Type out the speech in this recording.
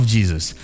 Jesus